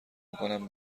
میکنم